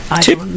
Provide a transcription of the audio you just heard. Tip